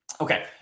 Okay